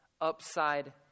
upside